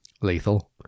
Lethal